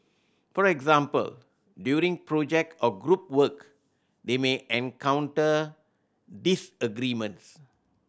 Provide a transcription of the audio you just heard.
for example during project or group work they may encounter disagreements